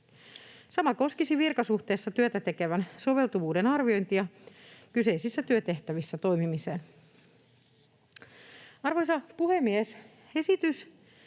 Sama koskisi virkasuhteessa työtä tekevän soveltuvuuden arviointia kyseisissä työtehtävissä toimimiseen. Arvoisa puhemies! Esitys